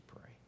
pray